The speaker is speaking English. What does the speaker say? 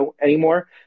anymore